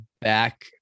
back